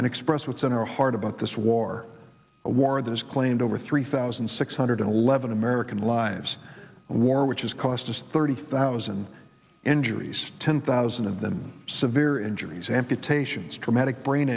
and express what's in our heart about this war a war that has claimed over three thousand six hundred eleven american lives and war which has cost us thirty thousand injuries ten thousand of them severe injuries amputations traumatic brain